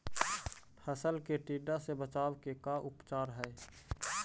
फ़सल के टिड्डा से बचाव के का उपचार है?